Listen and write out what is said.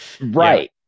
right